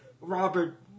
Robert